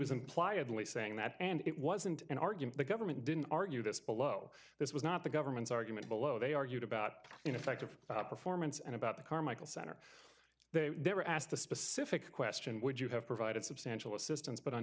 was imply a delay saying that and it wasn't an argument the government didn't argue this below this was not the government's argument below they argued about in effect of performance and about the carmichael center they were asked the specific question would you have provided substantial assistance but